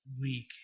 week